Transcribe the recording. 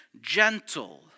gentle